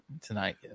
tonight